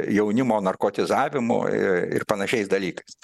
jaunimo narkotizavimu ir panašiais dalykais